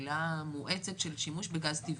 גדילה מואצת של שימוש בגז טבעי.